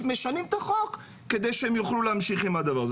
אז משנים את החוק כדי שהם יוכלו להמשיך עם הדבר הזה.